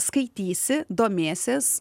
skaitysi domėsies